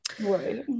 Right